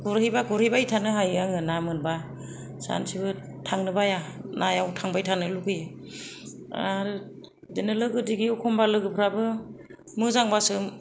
गुरहैब्ला गुरहैबाय थानो हायो आरो आं ना मोनबा सानसेबो थांनो बाया नायाव थांबाय थानो लुबैयो दा आरो लोगो दिगि एखम्बा लोगोफोराबो मोजांब्लासो